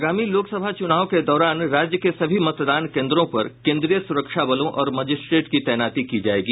आगामी लोकसभा चुनाव के दौरान राज्य के सभी मतदान केंद्रों पर केंद्रीय सुरक्षा बलों और मजिस्ट्रेट की तैनाती की जायेगी